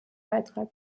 beitrag